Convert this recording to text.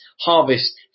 harvest